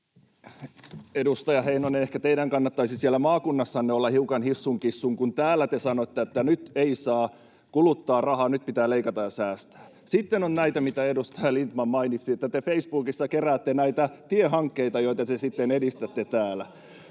Edustaja Heinonen, ehkä teidän kannattaisi siellä maakunnassanne olla hiukan hissun kissun, kun täällä te sanotte, että nyt ei saa kuluttaa rahaa, nyt pitää leikata ja säästää. [Timo Heinonen: Ei!] Sitten on näitä, mitä edustaja Lindtman mainitsi, että te Facebookissa keräätte näitä tiehankkeita, joita te sitten edistätte täällä.